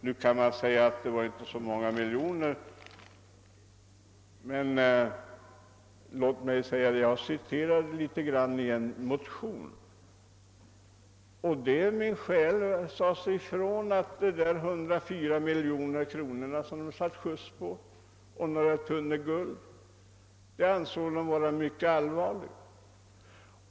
Nu kan man invända att det inte rörde sig om så många miljoner, men jag citerade litet grand ur protokollet i en motion, och det sades min själ ifrån att dessa 104 miljoner och några tunnor guld som det sattes skjuts på var något mycket allvarligt.